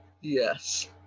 Yes